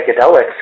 psychedelics